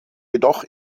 jedoch